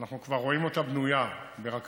אנחנו כבר רואים אותה בנויה ברכבות,